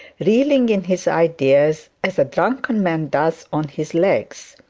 reeling in his ideas as a drunken man does on his legs.